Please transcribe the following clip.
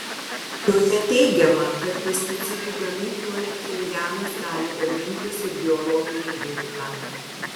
joje teigiama kad pesticidų gamykloje pchenjanas gali gamintis ir biologinį ginklą